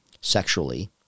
sexually